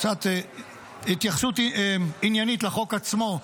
קצת התייחסות עניינית לחוק עצמו.